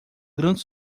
grande